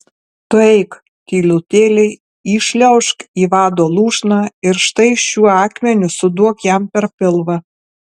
tu eik tylutėliai įšliaužk į vado lūšną ir štai šiuo akmeniu suduok jam per pilvą